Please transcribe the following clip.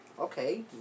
Okay